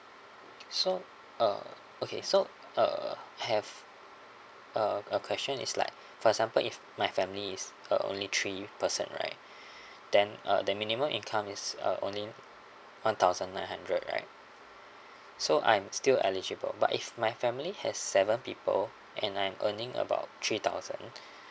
so uh okay so uh have uh a question is like for example if my family is uh only three person right then uh the minimum income is a only one thousand nine hundred right so I'm still eligible but if my family has seven people and I'm earning about three thousand